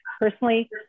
personally